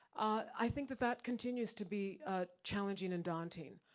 i think that that continues to be ah challenging and daunting.